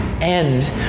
end